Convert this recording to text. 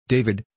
David